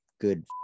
good